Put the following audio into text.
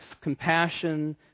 compassion